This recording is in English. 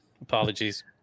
apologies